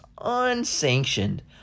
unsanctioned